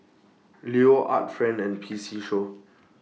Leo Art Friend and P C Show